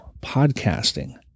podcasting